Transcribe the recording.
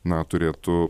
na turėtų